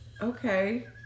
Okay